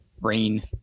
rain